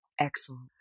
Excellent